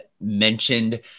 mentioned